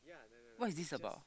what is this about